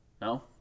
No